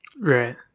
Right